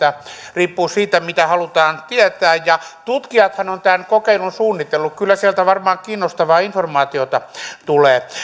riippuu siitä mitä halutaan tietää tutkijathan ovat tämän kokeilun suunnitelleet kyllä sieltä varmaan kiinnostavaa informaatiota tulee